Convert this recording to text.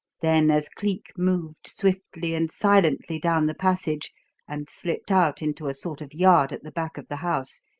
then, as cleek moved swiftly and silently down the passage and slipped out into a sort of yard at the back of the house,